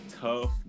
tough